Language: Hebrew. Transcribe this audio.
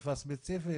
להצעה.